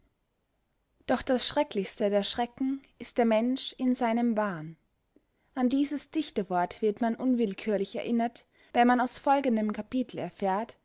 doch das schrecklichste der schrecken ist der mensch in seinem wahn an dieses dichterwort wird man unwillkürlich erinnert wenn man aus folgendem kapitel erfährt